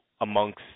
amongst